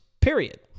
Period